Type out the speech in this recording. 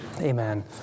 Amen